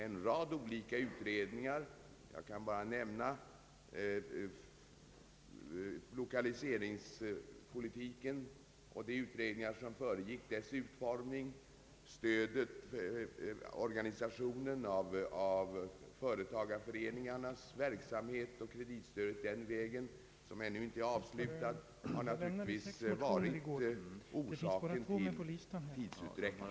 En rad olika utredningar — jag kan bara nämna de utredningar som föregick det stora beslutet om lokaliseringspolitiken och dess utformning samt utredningen rörande organisationen av företagarföreningarnas verksamhet och kreditstödet den vägen, en utredning som för övrigt ännu inte är avslutad — har naturligtvis varit orsaken till tidsutdräkten.